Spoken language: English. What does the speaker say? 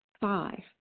Five